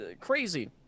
crazy